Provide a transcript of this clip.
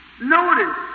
notice